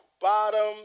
bottom